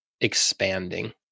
expanding